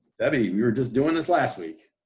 debbie, we were just doing this last week.